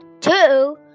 two